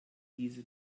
diese